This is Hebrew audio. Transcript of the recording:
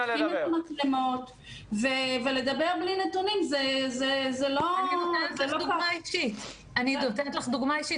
שפותחים מצלמות ולדבר בלי נתונים זה לא --- אני נותנת לך דוגמה אישית.